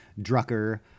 Drucker